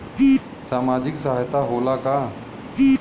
सामाजिक सहायता होला का?